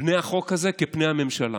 פני החוק הזה כפני הממשלה,